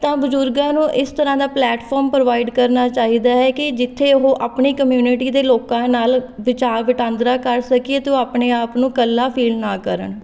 ਤਾਂ ਬਜ਼ੁਰਗਾਂ ਨੂੰ ਇਸ ਤਰ੍ਹਾਂ ਦਾ ਪਲੇਟਫੋਮ ਪ੍ਰੋਵਾਈਡ ਕਰਨਾ ਚਾਹੀਦਾ ਹੈ ਕਿ ਜਿੱਥੇ ਉਹ ਆਪਣੀ ਕਮਿਊਨਿਟੀ ਦੇ ਲੋਕਾਂ ਨਾਲ ਵਿਚਾਰ ਵਟਾਂਦਰਾ ਕਰ ਸਕੀਏ ਅਤੇ ਉਹ ਆਪਣੇ ਆਪ ਨੂੰ ਇਕੱਲਾ ਫੀਲ ਨਾ ਕਰਨ